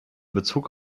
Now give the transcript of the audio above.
bezug